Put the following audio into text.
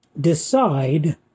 decide